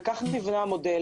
ואכן כך נבנה המודל,